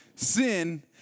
Sin